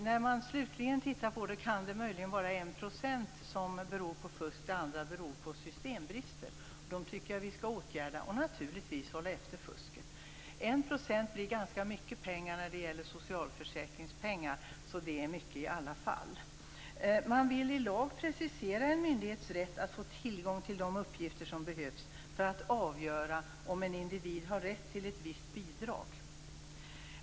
När man slutligen tittar på det här, kan det möjligen vara 1 % som är fusk. Det andra beror på systembrister. Dessa tycker jag att vi skall åtgärda, och naturligtvis skall vi hålla efter fusket. 1 % blir ganska mycket pengar när det gäller socialförsäkringar. Så det är mycket i alla fall. Man vill i lag precisera en myndighets rätt att få tillgång till de uppgifter som behövs för att avgöra om en individ har rätt till ett visst bidrag.